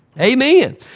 Amen